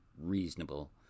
reasonable